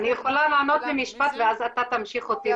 אני יכולה לענות במשפט ואז אתה תמשיך אותי,